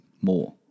more